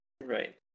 Right